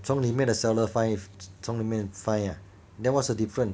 从里面的 seller find 从里面 find ah then what's the difference